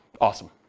Awesome